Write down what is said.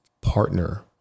partner